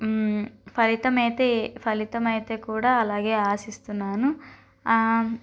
ఫలితం అయితే ఫలితం అయితే కూడా అలాగే ఆశిస్తున్నాను